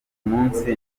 munsi